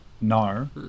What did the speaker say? no